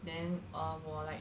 then err 我 like